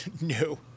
No